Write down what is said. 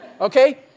Okay